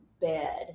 bed